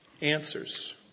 answers